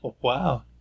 Wow